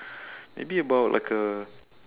maybe about like a